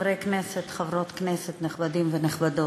חברי כנסת וחברות כנסת נכבדים ונכבדות,